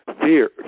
Fear